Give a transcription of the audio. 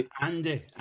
Andy